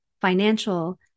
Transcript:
financial